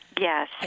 Yes